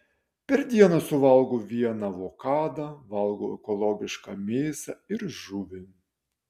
per dieną suvalgau vieną avokadą valgau ekologišką mėsą ir žuvį